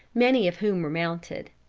many of whom were mounted.